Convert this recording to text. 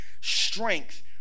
strength